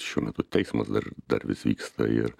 šiuo metu teismas dar dar vis vyksta ir